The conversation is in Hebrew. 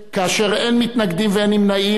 כאשר אין מתנגדים ואין נמנעים,